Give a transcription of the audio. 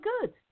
good